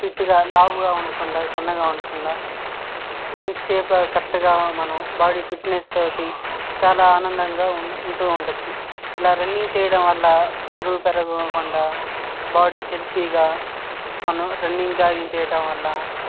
ఫిట్గా లావుగా ఉండకుండా సన్నగా ఉండకుండా మంచి షేప్గా కరెక్ట్గా మనం బాడీ ఫిట్నెస్ తోటి చాలా ఆనందంగా ఉంటూ ఉండొచ్చు ఇలా రన్నింగ్ చేయడం వల్ల బరువు పెరుగకుండా బాడీ హెల్తీగా మనం రన్నింగ్ జాగింగ్ చేయటం వల్ల